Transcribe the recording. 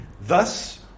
Thus